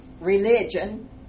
religion